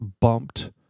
bumped